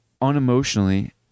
unemotionally